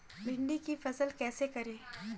भिंडी की फसल कैसे करें?